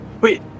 Wait